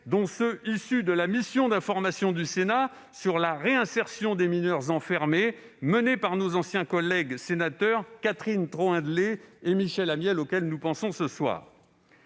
sont issus de la mission d'information du Sénat sur la réinsertion des mineurs enfermés, menée par nos anciens collègues sénateurs Catherine Troendlé et Michel Amiel. Le groupe Les